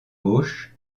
gauche